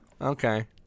okay